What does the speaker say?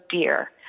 dear